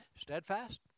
steadfast